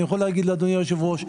אני יכול להגיד לאדוני היושב-ראש,